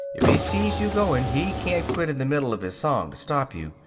if he sees you going he can't quit in the middle of his song to stop you.